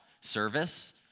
service